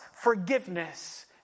forgiveness